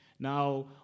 Now